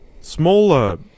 smaller